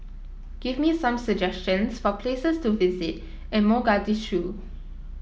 give me some suggestions for places to visit in Mogadishu